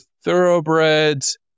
thoroughbreds